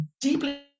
deeply